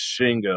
Shingo